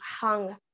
hung